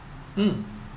mm